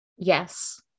Yes